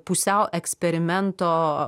pusiau eksperimento